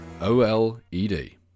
O-L-E-D